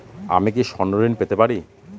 আমি কি স্বর্ণ ঋণ পেতে পারি?